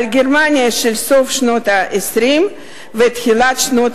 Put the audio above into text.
על גרמניה של סוף שנות ה-20 ותחילת שנות